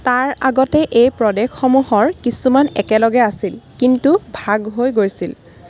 তাৰ আগতে এই প্ৰদেশসমূহৰ কিছুমান একেলগে আছিল কিন্তু ভাগহৈ গৈছিল